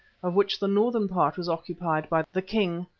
of which the northern part was occupied by the king,